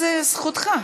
זו זכותך.